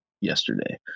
yesterday